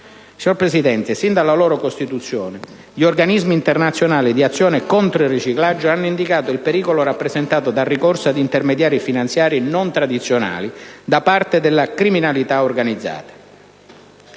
Signor Presidente, sin dalla loro costituzione, gli organismi internazionali di azione contro il riciclaggio hanno indicato il pericolo rappresentato dal ricorso ad «intermediari finanziari non tradizionali», da parte della criminalità organizzata.